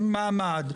עם מעמד.